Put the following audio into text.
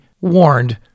warned